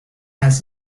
has